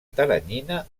teranyina